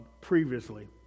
previously